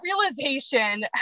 realization